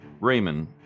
Raymond